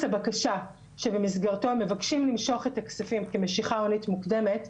הבקשה שבמסגרתו מבקשים למשוך את הכספים כמשיכה הונית מוקדמת,